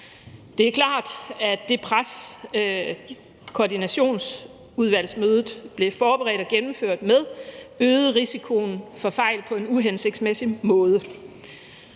Det er klart, at det pres, koordinationsudvalgsmødet blev forberedt og gennemført under, øgede risikoen for fejl på en uhensigtsmæssig måde.